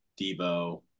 Debo